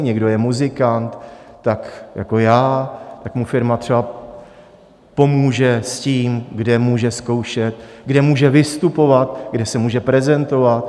Někdo je muzikant tak jako já tak mu firma třeba pomůže s tím, kde může zkoušet, kde může vystupovat, kde se může prezentovat.